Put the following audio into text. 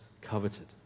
coveted